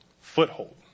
Foothold